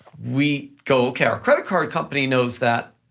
we go, okay, our credit card company knows that,